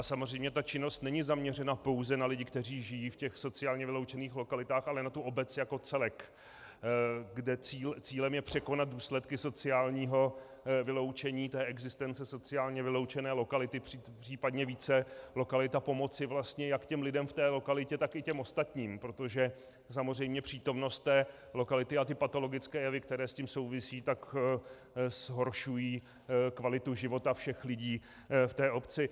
Samozřejmě ta činnost není zaměřena pouze na lidi, kteří žijí v sociálně vyloučených lokalitách, ale na tu obec jako celek, kde cílem je překonat důsledky sociálního vyloučení, existence sociálně vyloučené lokality, případně více lokalit, a pomoci vlastně jak lidem v té lokalitě, tak i těm ostatním, protože samozřejmě přítomnost té lokality a patologické jevy, které s tím souvisí, zhoršují kvalitu života všech lidí v obci.